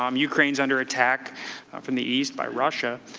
um ukraine is under attack from the east by russia.